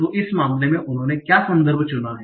तो इस मामले में उन्होंने क्या संदर्भ चुना है